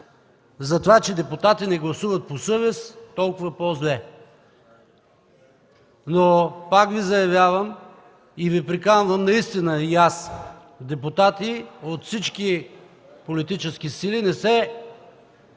за това, че депутати не гласуват по съвест, толкова по-зле. Колеги, пак Ви заявявам и Ви приканвам наистина и аз – депутати от всички политически сили –